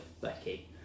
Becky